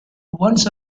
once